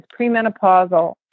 premenopausal